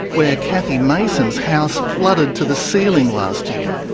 where cathy mason's house flooded to the ceiling last year.